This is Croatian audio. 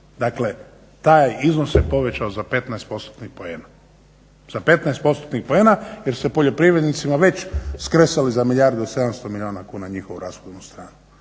Dakle, taj iznos se povećao za 15 postotnih poena, za 15 postotnih poena jer ste poljoprivrednicima već skresali za milijardu i sedamsto milijuna kuna njihovu rashodovnu stranu.